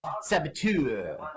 Saboteur